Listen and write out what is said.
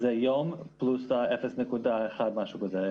זה יום פלוס 0.1. כלומר,